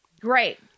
Great